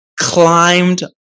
climbed